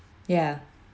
ya